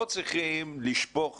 לא צריכים לשפוך